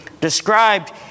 described